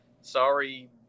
Sorry